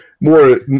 more